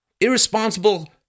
Irresponsible